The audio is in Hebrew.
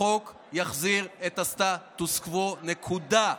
החוק יחזיר את הססטוס קוו, נקודה.